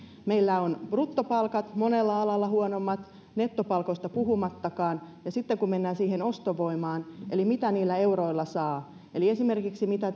meillä on bruttopalkat monella alalla huonommat nettopalkoista puhumattakaan sitten kun mennään siihen ostovoimaan eli siihen mitä niillä euroilla saa eli esimerkiksi mitä